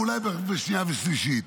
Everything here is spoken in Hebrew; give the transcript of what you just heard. ואולי השנייה ושלישית.